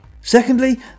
Secondly